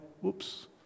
Whoops